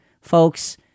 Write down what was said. Folks